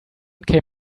came